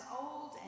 old